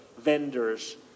vendors